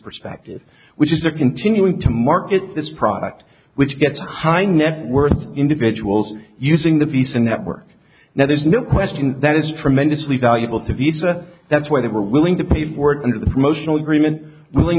perspective which is a continuing to market this product which gets high net worth individuals using the visa network now there's no question that it's tremendously valuable to visa that's why they were willing to pay for it under the promotional agreement willing